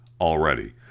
already